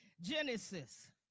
Genesis